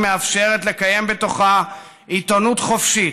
מאפשרת לקיים בתוכה עיתונות חופשית,